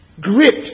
gripped